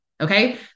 Okay